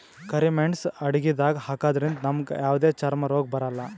ಕರಿ ಮೇಣ್ಸ್ ಅಡಗಿದಾಗ್ ಹಾಕದ್ರಿಂದ್ ನಮ್ಗ್ ಯಾವದೇ ಚರ್ಮ್ ರೋಗ್ ಬರಲ್ಲಾ